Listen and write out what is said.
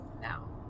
Now